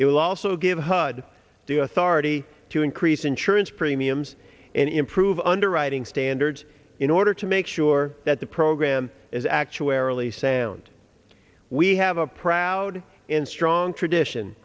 it will also give hud do authority to increase insurance premiums and improve underwriting standards in order to make sure that the program is actuarially sound we have a proud in strong tradition